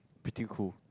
pretty cool